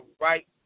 right